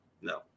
No